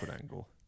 angle